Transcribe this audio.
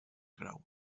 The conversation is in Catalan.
grau